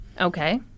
okay